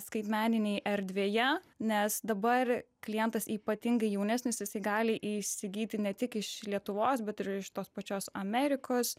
skaitmeninėj erdvėje nes dabar klientas ypatingai jaunesnis jisai gali įsigyti ne tik iš lietuvos bet ir iš tos pačios amerikos